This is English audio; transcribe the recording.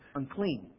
unclean